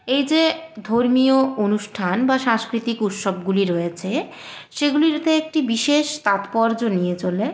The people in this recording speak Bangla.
এই যে ধর্মীয় অনুষ্ঠান বা সাংস্কৃতিক উৎসবগুলি রয়েছে সেগুলিরতে একটি বিশেষ তাৎপর্য নিয়ে চলে